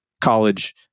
college